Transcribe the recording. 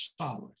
solid